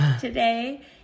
today